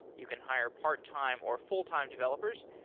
you can hire part-time or fulltime developers.